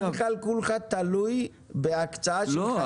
אתה בכלל כולך תלוי בהקצאה של --- לא,